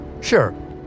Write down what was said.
Sure